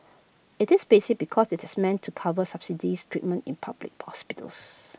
IT is basic because IT is meant to cover subsidised treatment in public hospitals